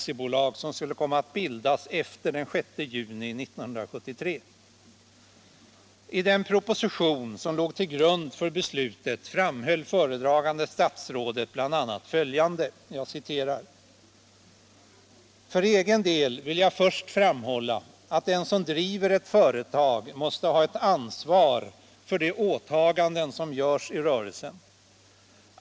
I' den proposition som låg till grund för beslutet framhöll föredragande statsrådet bl.a. följande: ”För egen del vill jag först framhålla att den som driver ett företag måste ha ett ansvar för de åtaganden som görs i rörelsen.